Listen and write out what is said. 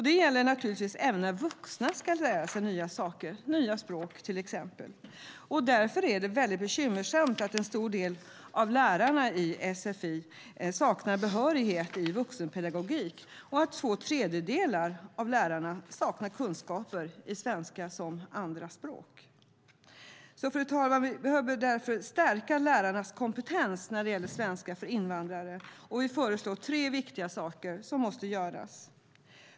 Det gäller naturligtvis även när vuxna ska lära sig nya saker, nya språk till exempel. Därför är det mycket bekymmersamt att en stor del av lärarna i sfi saknar behörighet i vuxenpedagogik och att två tredjedelar av lärarna saknar kunskaper i svenska som andra språk. Fru talman! Vi behöver därför stärka lärarnas kompetens när det gäller svenska för invandrare, och vi föreslår tre viktiga saker som måste göras.